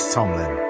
Tomlin